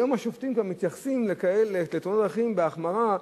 היום השופטים מתייחסים לתאונות דרכים בהחמרה,